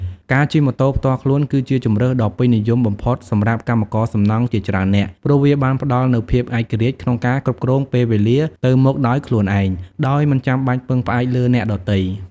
ការជិះម៉ូតូផ្ទាល់ខ្លួនគឺជាជម្រើសដ៏ពេញនិយមបំផុតសម្រាប់កម្មករសំណង់ជាច្រើននាក់ ព្រោះវាបានផ្តល់នូវភាពឯករាជ្យក្នុងការគ្រប់គ្រងពេលវេលាទៅមកដោយខ្លួនឯង ដោយមិនបាច់ពឹងផ្អែកលើអ្នកដទៃ។